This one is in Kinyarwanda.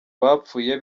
bapfuye